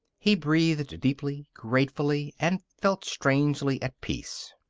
he breathed deeply, gratefully, and felt strangely at peace.